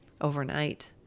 overnight